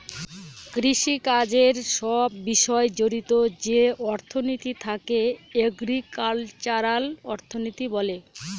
কৃষিকাজের সব বিষয় জড়িত যে অর্থনীতি তাকে এগ্রিকালচারাল অর্থনীতি বলে